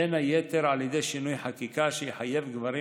בין היתר על ידי שינוי חקיקה שיחייב גברים